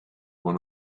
when